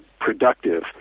productive